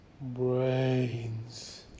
Brains